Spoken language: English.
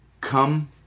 come